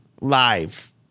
live